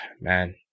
Man